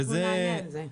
אנחנו נענה על זה.